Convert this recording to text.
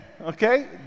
okay